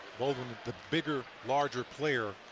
the bigger, larger player,